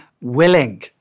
willing